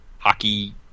Hockey